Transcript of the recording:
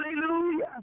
Hallelujah